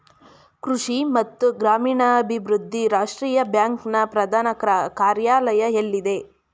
ಕೃಷಿ ಮತ್ತು ಗ್ರಾಮೀಣಾಭಿವೃದ್ಧಿ ರಾಷ್ಟ್ರೀಯ ಬ್ಯಾಂಕ್ ನ ಪ್ರಧಾನ ಕಾರ್ಯಾಲಯ ಎಲ್ಲಿದೆ?